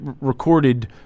recorded